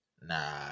Nah